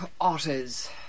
Otters